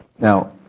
Now